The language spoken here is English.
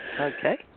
Okay